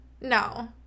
No